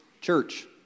church